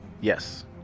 Yes